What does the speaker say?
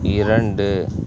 இரண்டு